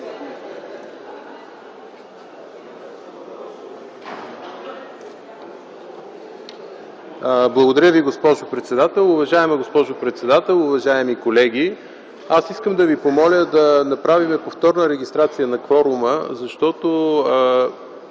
Благодаря Ви, госпожо председател. Уважаема госпожо председател, уважаеми колеги, аз искам да ви помоля да направим повторна регистрация на кворума, защото